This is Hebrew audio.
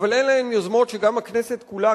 אבל אלה יוזמות שגם הכנסת כולה,